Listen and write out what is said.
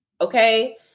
okay